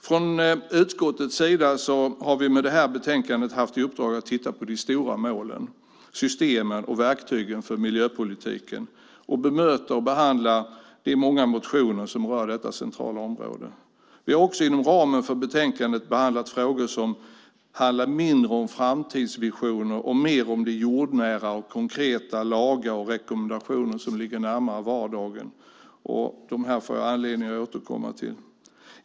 Från utskottets sida har vi med det här betänkandet haft i uppdrag att titta på de stora målen, systemen och verktygen för miljöpolitiken och bemöta och behandla de många motioner som rör detta centrala område. Vi har också inom ramen för betänkandet behandlat frågor som handlar mindre om framtidsvisioner och mer om de jordnära och konkreta lagar och rekommendationer som ligger närmare vardagen. Dem får jag anledning att återkomma till.